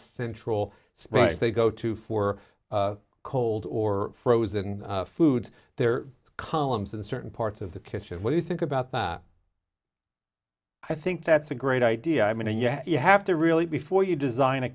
central sprite they go to for cold or frozen food they're columns in certain parts of the kitchen when you think about that i think that's a great idea i mean and yeah you have to really before you design a